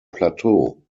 plateau